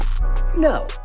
No